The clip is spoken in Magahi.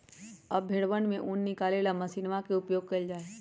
अब भेंड़वन से ऊन निकाले ला मशीनवा के उपयोग कइल जाहई